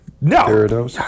No